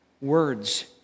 words